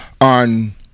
on